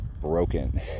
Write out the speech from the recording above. broken